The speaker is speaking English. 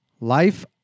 Life